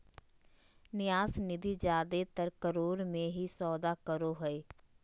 न्यास निधि जादेतर करोड़ मे ही सौदा करो हय